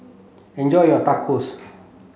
enjoy your Tacos